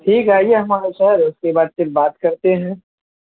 ٹھیک ہے آئیے ہمارا شہر اس کے بعد پھر بات کرتے ہیں